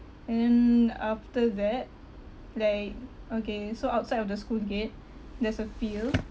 and then after that like okay so outside of the school gate there's a field